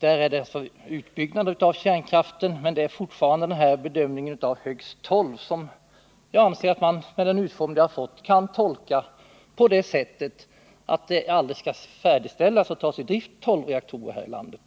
uttalat sig för en utbyggnad av kärnkraften, men jag anser fortfarande att formuleringen högst tolv reaktorer kan tolkas på det sättet att tolv reaktorer inte vare sig skall färdigställas eller tas i drift i det här landet.